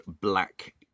black